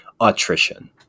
attrition